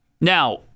Now